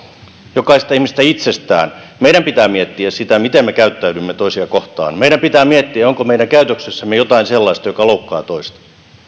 jokaisesta ihmisestä itsestään meidän pitää miettiä sitä miten me käyttäydymme toisia kohtaan meidän pitää miettiä onko meidän käytöksessämme jotain sellaista joka loukkaa toista